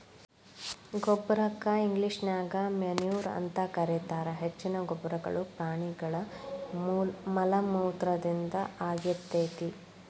ಗೊಬ್ಬರಕ್ಕ ಇಂಗ್ಲೇಷನ್ಯಾಗ ಮೆನ್ಯೂರ್ ಅಂತ ಕರೇತಾರ, ಹೆಚ್ಚಿನ ಗೊಬ್ಬರಗಳು ಪ್ರಾಣಿಗಳ ಮಲಮೂತ್ರದಿಂದ ಆಗಿರ್ತೇತಿ